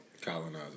colonizers